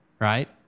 right